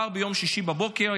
ביום שישי בבוקר,